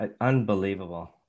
Unbelievable